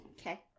Okay